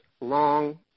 long